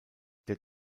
der